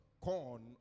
corn